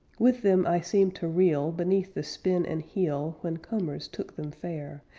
with them i seemed to reel beneath the spin and heel when combers took them fair,